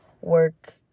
work